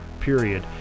period